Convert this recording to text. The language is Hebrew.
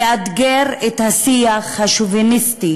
לאתגר את השיח השוביניסטי